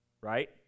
Right